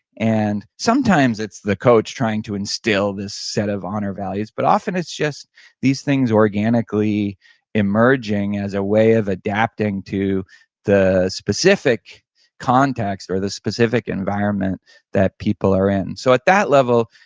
and sometimes it's the coach trying to instill this set of honor values, but often it's just these things organically emerging as a way of adapting to the specific context, or the specific environment that people are in. so at that level,